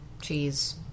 cheese